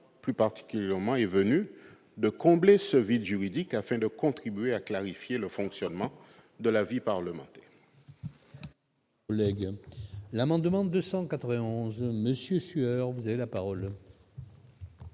plus efficace. Le temps est venu de combler un vide juridique, afin de contribuer à clarifier le fonctionnement de la vie parlementaire.